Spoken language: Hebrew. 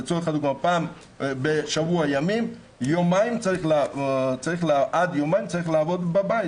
לצורך העניין מתוך שבוע עד יומיים צריך לעבוד בבית.